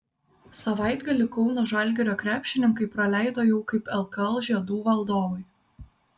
savaitgalį kauno žalgirio krepšininkai praleido jau kaip lkl žiedų valdovai